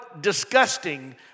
disgusting